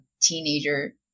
teenager